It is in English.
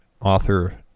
author